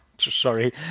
Sorry